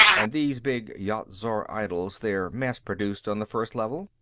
and these big yat-zar idols they're mass-produced on the first level?